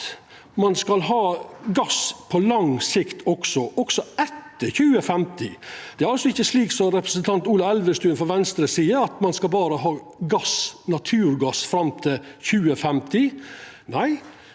ein skal ha gass på lang sikt også, også etter 2050. Det er altså ikkje slik som representanten Ola Elvestuen frå Venstre seier, at ein berre skal ha gass, naturgass, fram til 2050. Nei,